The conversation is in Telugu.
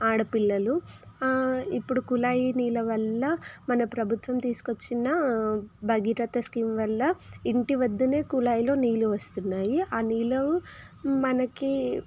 ఆడపిల్లలు ఇప్పుడు కుళాయి నీళ్ళ వల్ల మన ప్రభుత్వం తీసుకు వచ్చిన భగీరథ స్కీమ్ వల్ల ఇంటి వద్ద కుళాయిలో నీళ్ళు వస్తున్నాయి ఆ నీళ్ళో మనకి